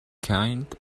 kind